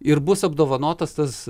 ir bus apdovanotas tas